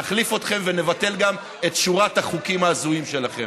נחליף אתכם ונבטל גם את שורת החוקים ההזויים שלכם.